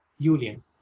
julian